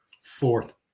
Fourth